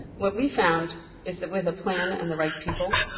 what we found is that, with a plan and the right people,